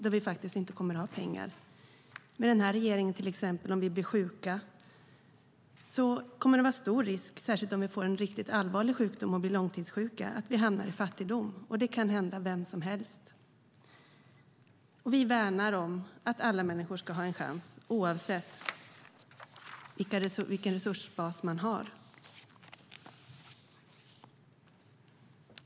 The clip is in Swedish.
Om vi till exempel blir sjuka kommer det med den nuvarande regeringen att vara stor risk att vi hamnar i fattigdom, särskilt om vi får en riktigt allvarlig sjukdom och blir långtidssjuka. Det kan hända vem som helst. Vi värnar om att alla människor ska ha en chans, oavsett vilken resursbas man har.